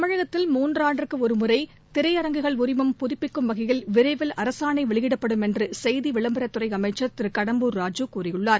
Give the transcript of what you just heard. தமிழகத்தில் மூன்றாண்டுக்குஒருமுறைதிரையரங்குகள் உரிமம் புதபிக்கும் வகையில் வரவில் அரசாணைவெளியிடப்படும் என்றுசெய்தி விளம்பரத்துறைஅமைச்சர் திருகடம்பூர் ராஜூ கூறியுள்ளார்